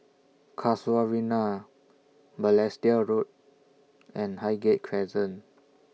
Casuarina Balestier Road and Highgate Crescent